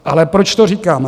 Ale proč to říkám?